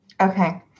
Okay